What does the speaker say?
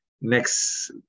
next